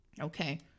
Okay